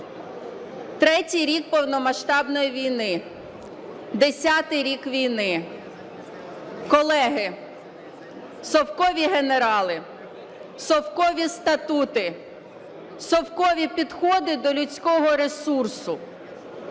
Третій рік повномасштабної війни, 10-й рік війни. Колеги, совкові генерали, совкові статути, совкові підходи до людського ресурсу,